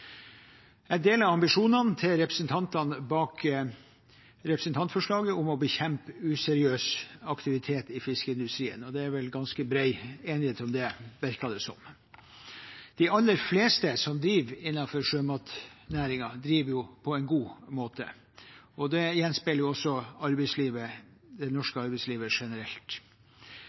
Jeg deler ambisjonen til representantene bak representantforslaget om å bekjempe useriøs aktivitet i fiskeindustrien, og det er vel ganske bred enighet om det, virker det som. De aller fleste som driver innen sjømatnæringen, driver jo på en god måte, og dette gjenspeiler det norske arbeidslivet generelt.